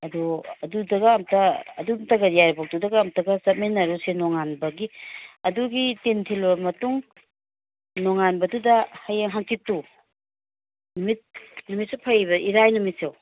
ꯑꯗꯨ ꯑꯗꯨꯗꯒ ꯑꯝꯇ ꯑꯗꯨꯝꯇꯒ ꯌꯥꯏꯔꯤꯄꯣꯛꯇꯨꯗꯒ ꯑꯝꯇꯒ ꯆꯠꯃꯤꯟꯅꯔꯨꯁꯦ ꯅꯣꯉꯥꯟꯕꯒꯤ ꯑꯗꯨꯒꯤ ꯇꯤꯟ ꯊꯤꯜꯂꯨꯔꯕ ꯃꯇꯨꯡ ꯅꯣꯉꯥꯟꯕꯗꯨꯗ ꯍꯌꯦꯡ ꯍꯥꯡꯆꯤꯠꯇꯣ ꯅꯨꯃꯤꯠꯁꯨ ꯐꯩꯑꯕ ꯏꯔꯥꯏ ꯅꯨꯃꯤꯠꯁꯨ